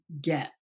get